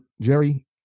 jerry